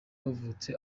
wavutse